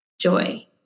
Joy